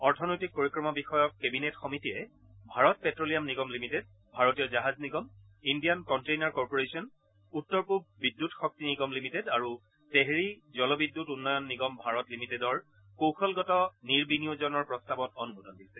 অৰ্থনৈতিক পৰিক্ৰমা বিষয়ক কেবিনেট সমিতিয়ে ভাৰত প্টেলিয়াম নিগম লিমিটেড ভাৰতীয় জাহাজ নিগম ইণ্ডিয়ান কনটেইনাৰ কৰ্পৰেশ্যন উত্তৰ পূব বিদ্যুৎ শক্তি নিগম লিমিটেড আৰু তেহেৰী জল বিদ্যুৎ উন্নয়ন নিগম ভাৰত লিমিটেডৰ কৌশলগত নিয়োজনৰ প্ৰস্তাৱত অনুমোদন দিছে